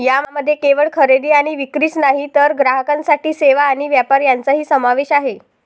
यामध्ये केवळ खरेदी आणि विक्रीच नाही तर ग्राहकांसाठी सेवा आणि व्यापार यांचाही समावेश आहे